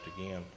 again